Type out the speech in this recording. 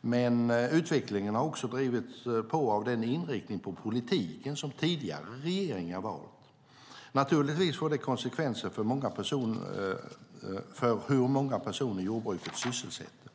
Men utvecklingen har också drivits på av den inriktning på politiken som tidigare regeringar valt. Naturligtvis får det konsekvenser för hur många personer jordbruket sysselsätter.